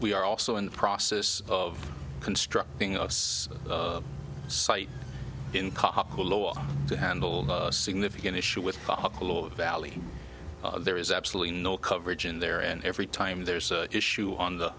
we are also in the process of constructing us site in to handle a significant issue with the valley there is absolutely no coverage in there and every time there's an issue on the